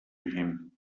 him